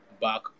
back